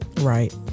Right